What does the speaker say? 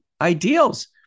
ideals